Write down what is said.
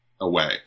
away